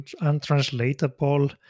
untranslatable